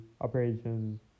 operations